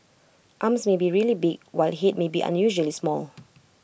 arms may be really big while Head may be unusually small